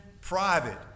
private